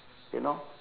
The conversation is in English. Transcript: you know